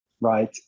Right